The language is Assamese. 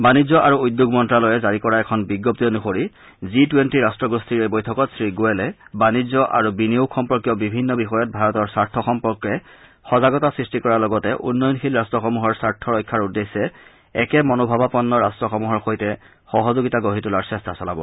বানিজ্য আৰু উদ্যোগ মন্ত্যালয়ৰ তৰফৰ পৰা জাৰি কৰা এখন বিজণ্তি অনুসৰি জি টুবেণ্টি ৰাট্ট গোষ্ঠীৰ এই বৈঠকত শ্ৰীগোৰেলে বানিজ্য আৰু বিনিয়োগ সম্পৰ্কীয় বিভিন্ন বিষয়ত ভাৰতৰ স্বাৰ্থ সম্পৰ্কে সজাগতা সৃষ্টি কৰাৰ লগতে উন্নয়নশীল ৰাট্টসমূহৰ স্বাৰ্থ ৰক্ষাৰ উদ্দেশ্যে একে মনোভাৱাপন্ন ৰট্টসমূহৰ সৈতে সহযোগিতা গঢ়ি তোলাৰ চেষ্টা চলাব